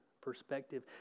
perspective